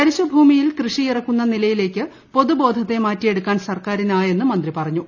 തരിശുഭൂമിയിൽ കൃഷിയിറക്കുന്ന നിലയിലേക്ക് പൊതുബോധത്തെ മാറ്റിയെടുക്കാൻ സർക്കാരിനായെന്ന് മിന്ത്രി പറഞ്ഞു